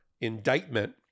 indictment